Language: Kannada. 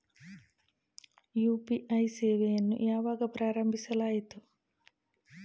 ಯು.ಪಿ.ಐ ಸೇವೆಯನ್ನು ಯಾವಾಗ ಪ್ರಾರಂಭಿಸಲಾಯಿತು?